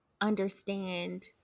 understand